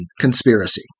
conspiracy